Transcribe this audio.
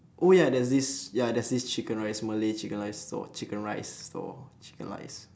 oh ya there's this ya there's this chicken rice malay chicken rice stall chicken rice stall chicken rice